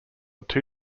two